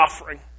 offering